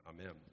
Amen